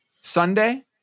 Sunday